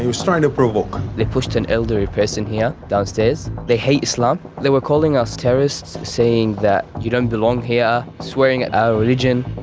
he was trying to provoke. they pushed an elderly person here downstairs. they hate islam. they were calling us terrorists, saying you don't belong here, swearing at our religion.